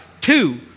Two